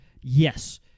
yes